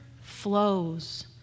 flows